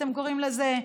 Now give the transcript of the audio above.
אתם קוראים לזה,